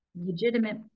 legitimate